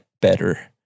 better